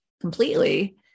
completely